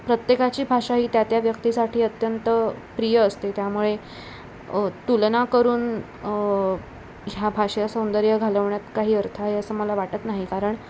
प्रत्येकाची भाषा ही त्या त्या व्यक्तीसाठी अत्यंत प्रिय असते त्यामुळे तुलना करून ह्या भाषा सौंदर्य घालवण्यात काही अर्थ आहे असं मला वाटत नाही कारण